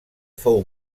fou